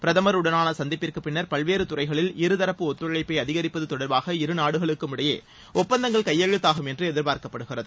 பிரதமர் உடனான சந்திப்பிற்குப்பின்னர் பல்வேறு துறைகளில் இருதரப்பு ஒத்துழைப்பை அதிகரிப்பது தொடர்பாக இருநாடுகளுக்கும் இடையே ஒப்பந்தங்கள் கையெழுத்தாகும் என்று எதிர்பார்க்கப்படுகிறது